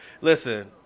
Listen